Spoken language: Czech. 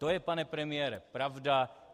To je, pane premiére, pravda.